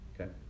Okay